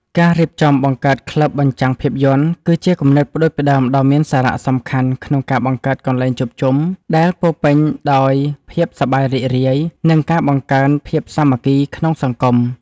ការរៀបចំបង្កើតក្លឹបបញ្ចាំងភាពយន្ត គឺជាគំនិតផ្ដួចផ្ដើមដ៏មានសារៈសំខាន់ក្នុងការបង្កើតកន្លែងជួបជុំ ដែលពោរពេញដោយភាពសប្បាយរីករាយ និងការបង្កើនភាពសាមគ្គីក្នុងសង្គម។